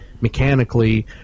mechanically